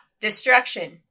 Destruction